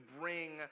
bring